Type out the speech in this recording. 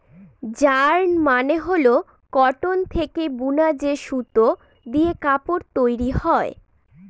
yarn মানে হল cotton থেকে বুনা যে সুতো দিয়ে কাপড় তৈরী হয়